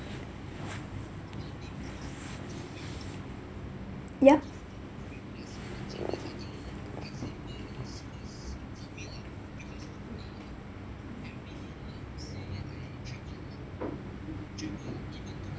ya